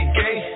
gay